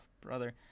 brother